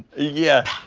yeah.